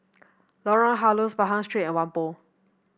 Lorong Halus Pahang Street and Whampoa